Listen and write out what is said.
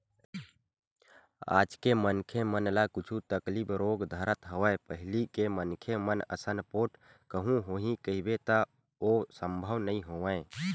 आज के मनखे मन ल कुछु तकलीफ रोग धरत हवय पहिली के मनखे मन असन पोठ कहूँ होही कहिबे त ओ संभव नई होवय